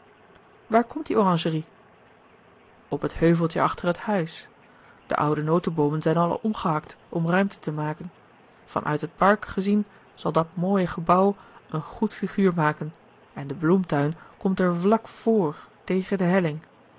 waar komt die oranjerie op het heuveltje achter het huis de oude noteboomen zijn alle omgehakt om ruimte te maken van uit het park gezien zal dat mooie gebouw een goed figuur maken en de bloemtuin komt er vlak vr tegen de helling